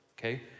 okay